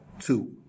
two